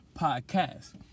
Podcast